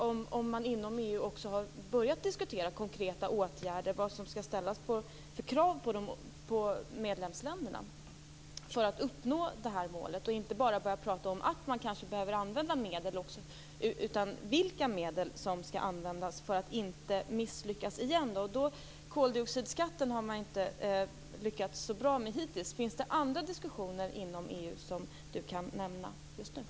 Har man inom EU börjat diskutera konkreta åtgärder och vilka krav som skall ställas på medlemsländerna för att uppnå målet, så att man inte bara pratar om att man kanske behöver använda medel, utan vilka medel som skall användas för att man inte skall misslyckas igen? Koldioxidskatten har man inte lyckats så bra med hittills. Finns det andra diskussioner inom EU som Anna Lindh kan nämna?